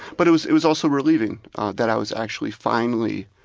but it was it was also relieving that i was actually, finally,